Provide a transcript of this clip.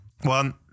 One